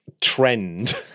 trend